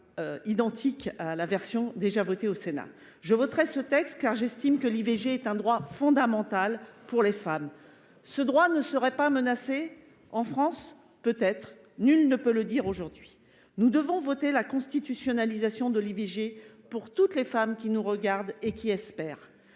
identique à la version déjà votée au Sénat. Je vais voter ce texte, car j’estime que l’IVG est un droit fondamental pour les femmes. Certains estiment que ce droit n’est pas menacé en France : peut être, nul ne peut le dire aujourd’hui. Nous devons voter la constitutionnalisation de l’IVG pour toutes les femmes qui nous regardent et qui espèrent.